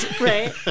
Right